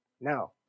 No